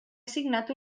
assignat